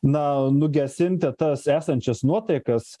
na nugesinti tas esančias nuotaikas